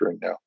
now